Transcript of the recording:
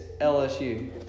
LSU